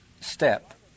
step